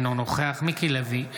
אינו נוכח מיקי לוי,